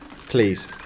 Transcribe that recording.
Please